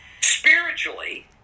Spiritually